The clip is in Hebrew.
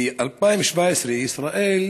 ב-2017 ישראל